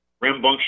rambunctious